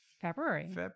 February